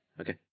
Okay